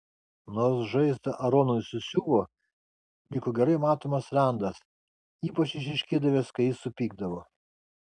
nors žaizdą aronui susiuvo liko gerai matomas randas ypač išryškėdavęs kai jis supykdavo